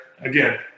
Again